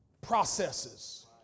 Processes